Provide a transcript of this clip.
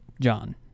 John